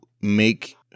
make